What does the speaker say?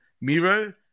Miro